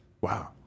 Wow